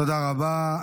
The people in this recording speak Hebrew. תודה רבה.